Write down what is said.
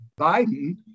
Biden